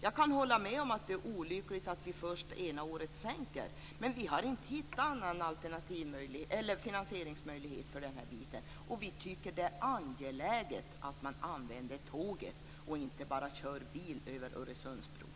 Jag kan hålla med om att det är olyckligt att vi ena året sänker kostnaden, men vi har inte hittat någon alternativ finansieringsmöjlighet, och vi tycker att det är angeläget att man använder tåget och inte bara kör bil över Öresundsbron.